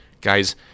Guys